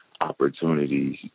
opportunities